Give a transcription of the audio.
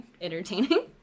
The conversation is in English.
entertaining